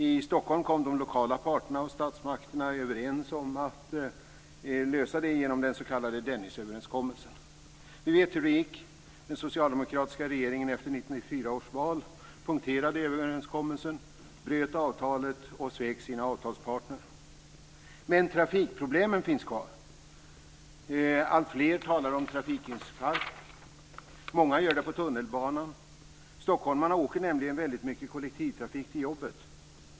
I Stockholm kom de lokala parterna och statsmakterna överens om att lösa problemen genom den s.k. Dennisöverenskommelsen. Vi vet hur det gick. Den socialdemokratiska regeringen efter 1994 års val punkterade överenskommelsen, bröt avtalet och svek sina avtalspartner. Trafikproblemen finns dock kvar! Alltfler talar om trafikinfarkt. Många talar om det på tunnelbanan. Stockholmarna åker nämligen väldigt mycket kollektivtrafik till jobbet.